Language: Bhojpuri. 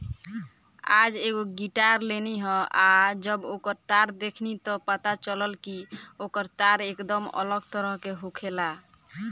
आज एगो गिटार लेनी ह आ जब ओकर तार देखनी त पता चलल कि ओकर तार एकदम अलग तरह के होखेला